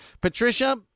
Patricia